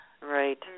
Right